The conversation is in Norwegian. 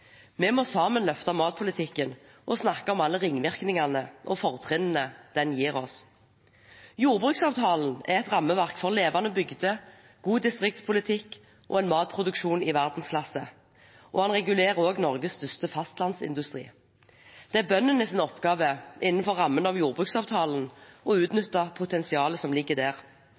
Vi må sammen løfte matpolitikken og snakke om alle ringvirkningene og fortrinnene den gir oss. Jordbruksavtalen er et rammeverk for levende bygder, god distriktspolitikk og en matproduksjon i verdensklasse, og den regulerer også Norges største fastlandsindustri. Det er bøndenes oppgave, innenfor rammene av jordbruksavtalen, å utnytte potensialet som ligger der.